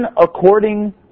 according